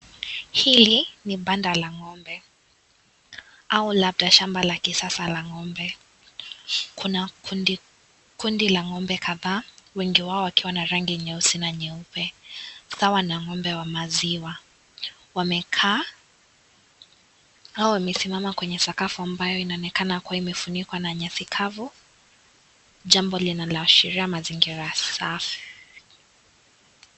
Hili ni banda la ng'ombe au labda shamba la kisasa la ng'ombe , kuna kundi kundi la ng'ombe kadhaa wengi wao wakiwa na rangi nyeusi na nyeupe sawa na ng'ombe wa maziwa . Wamekaa au wamesimama kwenye sakafu ambayo inaonekana kuwa imefunikwa na nyasi kavu jambo linaloashiria mazingira safi.